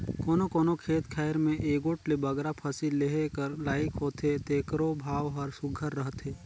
कोनो कोनो खेत खाएर में एगोट ले बगरा फसिल लेहे कर लाइक होथे तेकरो भाव हर सुग्घर रहथे